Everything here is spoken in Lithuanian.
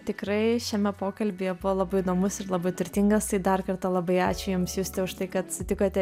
tikrai šiame pokalbyje buvo labai įdomus ir labai turtingas tai dar kartą labai ačiū jums juste už tai kad sutikote